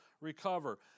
recover